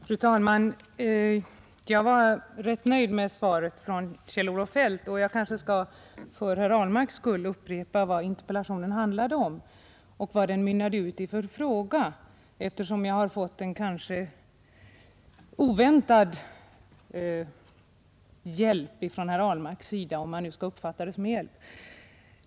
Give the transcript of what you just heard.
Fru talman! Jag var rätt nöjd med svaret från Kjell-Olof Feldt, men jag kanske för herr Ahlmarks skull skall upprepa vad interpellationen handlade om och vad den mynnade ut i för fråga, eftersom jag fått en kanske oväntad hjälp av herr Ahlmark — om man nu skall uppfatta det som hjälp.